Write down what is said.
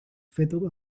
feto